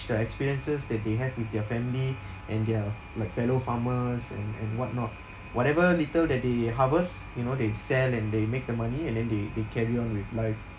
the experiences that they have with their family and their like fellow farmers and and whatnot whatever little that they harvest you know they sell and they make the money and then they they carry on with life